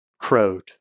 crowed